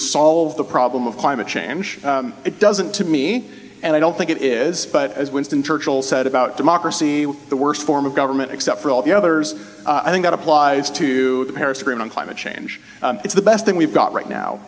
solve the problem of climate change it doesn't to me and i don't think it is but as winston churchill said about democracy the worst form of government except for all the others i think that applies to the paris green on climate change it's the best thing we've got right now